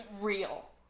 real